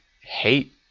hate